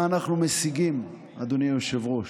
מה אנחנו משיגים, אדוני היושב-ראש?